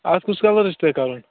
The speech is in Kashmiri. اَتھ کُس کَلَر چھُ تۄہہِ کَرُن